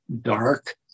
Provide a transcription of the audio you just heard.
dark